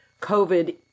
COVID